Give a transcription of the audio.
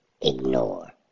Ignore